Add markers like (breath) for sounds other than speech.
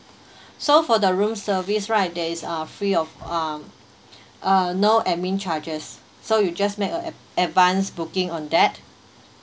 (breath) so for the room service right there is uh free of um (breath) uh no admin charges so you just make a ad~ advance booking on that